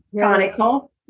Conical